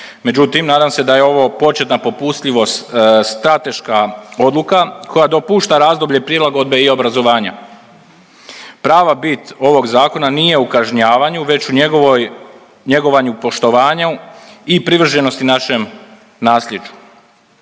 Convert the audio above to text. Međutim, nadam se da je ovo početna popustljivost, strateška odluka koja dopušta razdoblje prilagodbe i obrazovanja. Prava bit ovog zakona nije u kažnjavanju već u njegovanju, poštovanju i privrženosti našem naslijeđu.